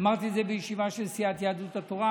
אמרתי את זה בישיבה של סיעת יהדות התורה,